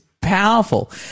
powerful